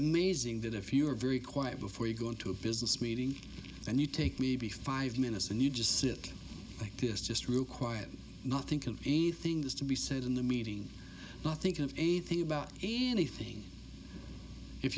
amazing that if you are very quiet before you go into a business meeting and you take maybe five minutes and you just sit like this just room quiet not thinking anything has to be said in the meeting not think of anything about anything if